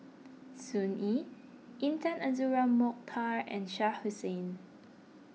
Sun Yee Intan Azura Mokhtar and Shah Hussain